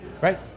Right